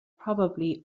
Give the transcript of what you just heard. probably